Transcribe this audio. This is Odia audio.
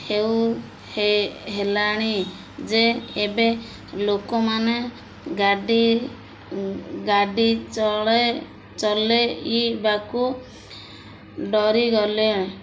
ହେଉ ହେ ହେଲାଣି ଯେ ଏବେ ଲୋକମାନେ ଗାଡ଼ି ଗାଡ଼ି ଚଳେ ଚଲେଇବାକୁ ଡରିଗଲେ